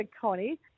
Connie